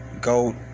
Goat